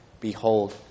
Behold